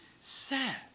sad